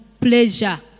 pleasure